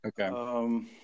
Okay